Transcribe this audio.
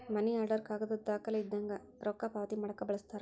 ಮನಿ order ಕಾಗದದ್ ದಾಖಲೆ ಇದ್ದಂಗ ರೊಕ್ಕಾ ಪಾವತಿ ಮಾಡಾಕ ಬಳಸ್ತಾರ